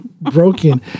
broken